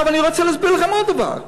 עכשיו אני רוצה להסביר לכם עוד דבר.